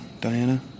Diana